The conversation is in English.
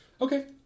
Okay